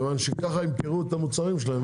כיוון שככה הם ימכרו את המוצרים שלהם,